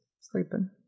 sleeping